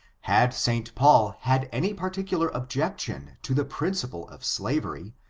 had st. paul had any particular objection to the principle of slavery,